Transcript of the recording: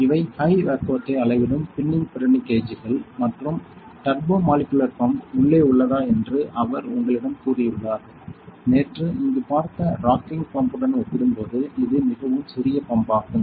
இவை ஹை வேக்குவத்தை அளவிடும் பின்னிங் பிரணி கேஜ்கள் மற்றும் டர்போமாலிகுலர் பம்ப் உள்ளே உள்ளதா என்று அவர் உங்களிடம் கூறியுள்ளார் நேற்று இங்கு பார்த்த ராக்கிங் பம்புடன் ஒப்பிடும்போது இது மிகவும் சிறிய பம்பாகும்